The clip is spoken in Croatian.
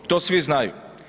To svi znaju.